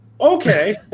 okay